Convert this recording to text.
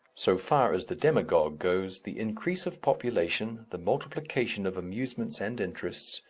so far as the demagogue goes, the increase of population, the multiplication of amusements and interests,